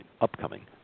upcoming